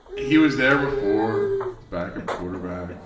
he was there before the backup quarterback.